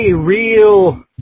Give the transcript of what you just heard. real